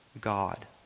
God